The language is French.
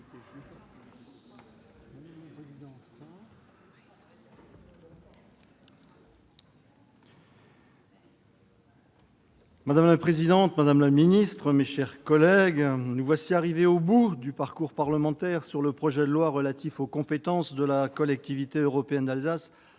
Madame la présidente, madame la ministre, mes chers collègues, nous voici arrivés au bout du parcours parlementaire sur le projet de loi relatif aux compétences de la Collectivité européenne d'Alsace,